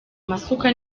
amasuka